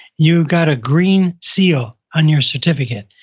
you got a green seal on your certificate.